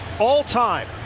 all-time